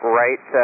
right